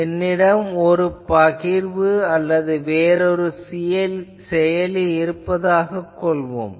என்னிடம் ஒரு பகிர்வு அல்லது வேறு ஒரு செயலி இருப்பதாகக் கொள்வோம்